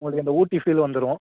உங்களுக்கு இந்த ஊட்டி ஃபீல் வந்துடும்